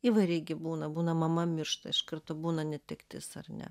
įvairiai gi būna būna mama miršta iš karto būna netektis ar ne